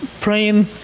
praying